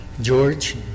George